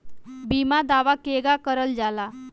बीमा दावा केगा करल जाला?